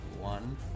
one